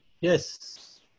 yes